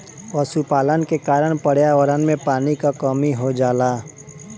पशुपालन के कारण पर्यावरण में पानी क कमी हो जाला